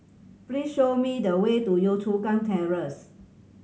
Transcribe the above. please show me the way to Yio Chu Kang Terrace